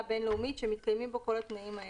בין-לאומית שמתקיימים בו כל התנאים האלה: